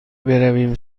برویم